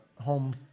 Home